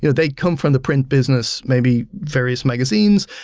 you know they'd come from the print business, maybe various magazines,